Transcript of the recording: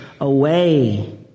away